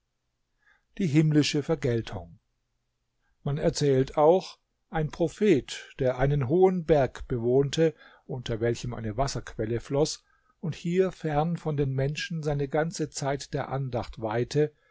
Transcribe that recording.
die himmlische vergeltung man erzählt auch ein prophet der einen hohen berg bewohnte unter welchem eine wasserquelle floß und hier fern von den menschen seine ganze zeit der andacht weihte